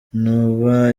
ntuba